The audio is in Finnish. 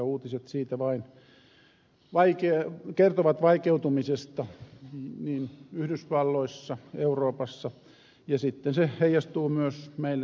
uutiset kertovat vain sen vaikeutumisesta niin yhdysvalloissa kuin euroopassa ja sitten se heijastuu myös meille suomeen